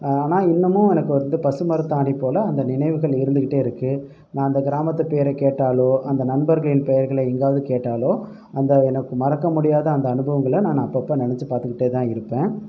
ஆனால் இன்னுமும் எனக்கு வந்து பசு மரத்தாணி போல் அந்த நினைவுகள் இருந்துகிட்டே இருக்கு நான் அந்த கிராமத்துக்கு எது கேட்டாலோ அந்த நண்பர்களின் பெயர்களை எங்காவது கேட்டாலோ அந்த எனக்கு மறக்க முடியாத அந்த அனுபவங்களை நான் அப்போ அப்போ நினைச்சி பார்த்துகிட்டே தான் இருப்பேன்